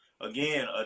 Again